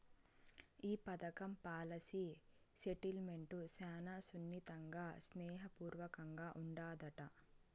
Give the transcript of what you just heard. ఈ పదకం policy settlement శానా సున్నితంగా, స్నేహ పూర్వకంగా ఉండాదట